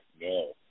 No